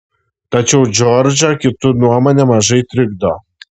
tačiau džordžą kitų nuomonė mažai trikdo